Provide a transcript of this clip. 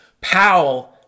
Powell